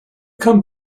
come